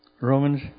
Romans